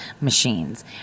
machines